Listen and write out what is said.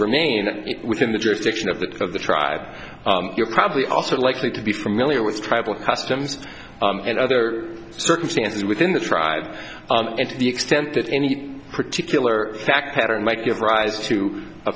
remain within the jurisdiction of the of the tribe you're probably also likely to be familiar with tribal customs and other circumstances within the tribe and to the extent that any particular fact pattern might give rise to a